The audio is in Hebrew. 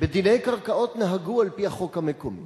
בדיני קרקעות נהגו על-פי החוק המקומי.